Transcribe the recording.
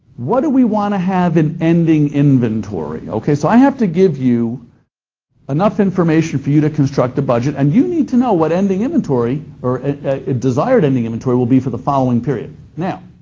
what do we want to have in ending inventory? okay, so i have to give you enough information for you to construct a budget, and you need to know what ending inventory or desired ending inventory will be for the following period. now,